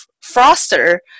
foster